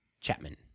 Chapman